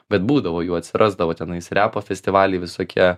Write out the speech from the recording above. bet būdavo jų atsirasdavo tenais repo festivaliai visokie